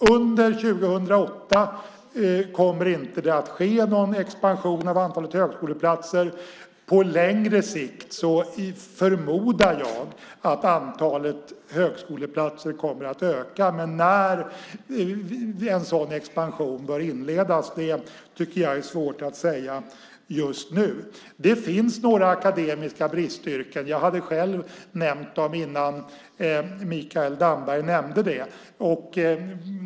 Under 2008 kommer det inte att ske någon expansion av antalet högskoleplatser. På längre sikt förmodar jag att antalet högskoleplatser kommer att öka. Men när en sådan expansion bör inledas är svårt att säga just nu. Det finns några akademiska bristyrken. Jag hade själv nämnt dem innan Mikael Damberg gjorde det.